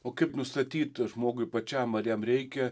o kaip nustatyt žmogui pačiam ar jam reikia